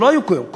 שלא היו קודם.